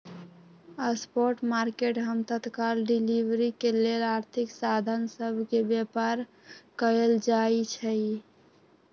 spot market हम तत्काल delivery के लेल आर्थिक साधन सभ के व्यापार कयल जाइ छइ